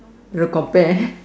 you compare